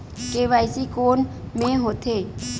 KYC कोन में होथे?